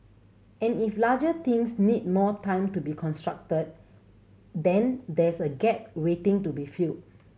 and if larger things need more time to be constructed then there's a gap waiting to be filled